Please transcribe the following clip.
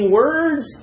words